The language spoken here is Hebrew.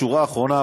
שורה אחרונה,